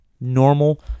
Normal